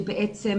בעצם